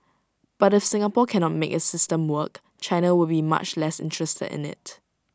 but if Singapore cannot make its system work China will be much less interested in IT